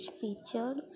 featured